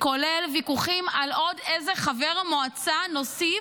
כולל ויכוחים על איזה עוד חבר מועצה נוסיף,